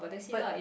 but